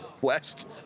West